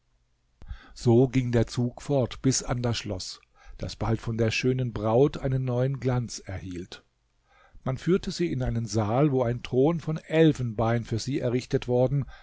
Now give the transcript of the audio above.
so ging der zug fort bis an das schloß das bald von der schönen braut einen neuen glanz erhielt man führte sie in einen saal wo ein thron von elfenbein für sie errichtet worden